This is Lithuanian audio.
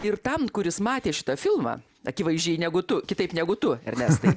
ir tam kuris matė šitą filmą akivaizdžiai negu tu kitaip negu tu ernestai